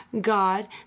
God